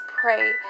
pray